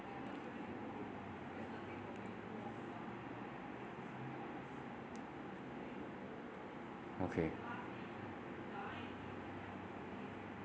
okay